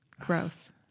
Gross